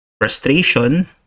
frustration